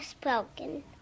broken